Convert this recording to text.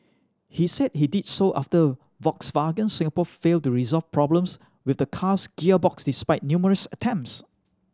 he said he did so after Volkswagen Singapore failed to resolve problems with the car's gearbox despite numerous attempts